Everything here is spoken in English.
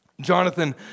Jonathan